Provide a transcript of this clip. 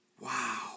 Wow